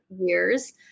years